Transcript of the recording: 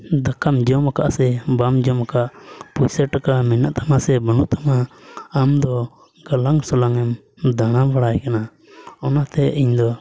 ᱫᱟᱠᱟᱢ ᱡᱚᱢ ᱠᱟᱜᱼᱟ ᱥᱮ ᱵᱟᱢ ᱡᱚᱢ ᱠᱟᱜᱼᱟ ᱯᱚᱭᱥᱟᱹ ᱴᱟᱠᱟ ᱢᱮᱱᱟᱜ ᱛᱟᱢᱟ ᱥᱮ ᱵᱟᱹᱱᱩᱜ ᱛᱟᱢᱟ ᱟᱢ ᱫᱚ ᱠᱟᱞᱟᱝ ᱥᱟᱞᱟᱝ ᱮᱢ ᱫᱟᱲᱟ ᱵᱟᱲᱟᱭ ᱠᱟᱱᱟ ᱚᱱᱟᱛᱮ ᱤᱧ ᱫᱚ